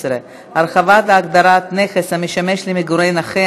15) (הרחבת ההגדרה נכס המשמש למגורי נכה),